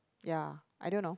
ya I don't know